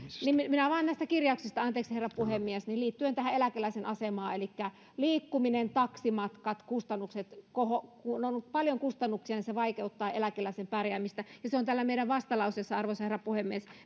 niin minä vain näistä kirjauksista anteeksi herra puhemies liittyen tähän eläkeläisen asemaan elikkä liikkuminen taksimatkat kustannukset kun on paljon kustannuksia niin se vaikeuttaa eläkeläisen pärjäämistä myös tämä taksiasia on täällä meidän vastalauseessamme kerrottuna arvoisa herra puhemies